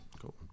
Cool